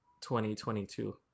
2022